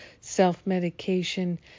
self-medication